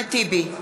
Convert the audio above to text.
אחמד טיבי,